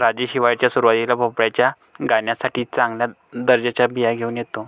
राजेश हिवाळ्याच्या सुरुवातीला भोपळ्याच्या गाण्यासाठी चांगल्या दर्जाच्या बिया घेऊन येतो